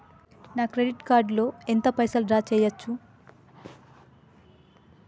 నా credit card లో ఎంత పైసల్ డ్రా చేయచ్చు?